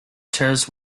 tours